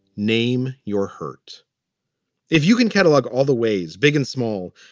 name your hurt if you can catalog all the ways, big and small,